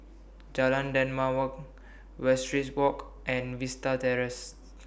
Jalan Dermawan Westridge Walk and Vista Terrace